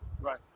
Right